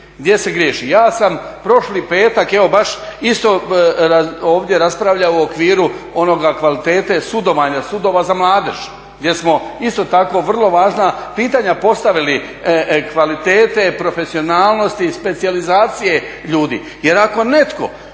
gdje se griješi. Ja sam prošli petak evo baš isto ovdje raspravljao o okviru one kvalitete sudovanja sudova za mladež gdje smo isto tako vrlo važna pitanja postavili kvalitete, profesionalnosti, specijalizacije ljudi. Jer ako netko